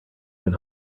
can